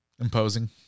Imposing